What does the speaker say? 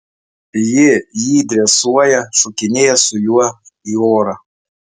ji jį dresuoja šokinėja su juo į orą